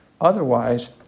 Otherwise